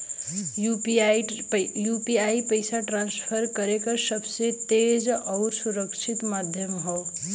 UPI पइसा transfer करे क सबसे तेज आउर सुरक्षित माध्यम हौ